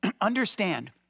understand